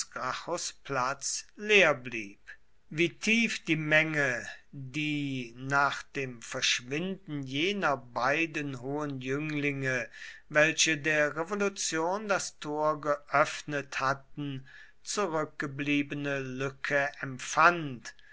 platz leer blieb wie tief die menge die nach dem verschwinden jener beiden hohen jünglinge welche der revolution das tor geöffnet hatten zurückgebliebene lücke empfand